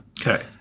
Okay